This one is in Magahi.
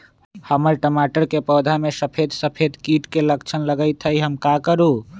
हमर टमाटर के पौधा में सफेद सफेद कीट के लक्षण लगई थई हम का करू?